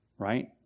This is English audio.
right